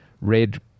red